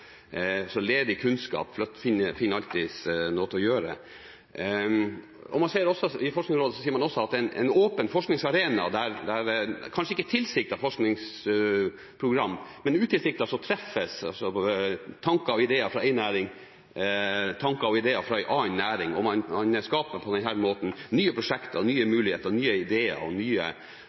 også at i en åpen forskningsarena – med kanskje ikke tilsiktet forskningsprogram, men utilsiktet – treffer tanker og ideer fra én næring tanker og ideer fra en annen næring, og man skaper på denne måten nye prosjekter, nye muligheter, nye ideer og nye